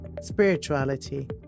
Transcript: spirituality